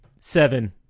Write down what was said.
Seven